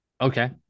Okay